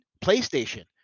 PlayStation